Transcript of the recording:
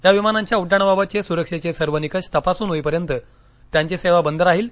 या विमानांच्या उड्डाणाबाबतचे सुरक्षेचे सर्व निकष तपासून होईपर्यंत त्यांची सेवा बंद राहील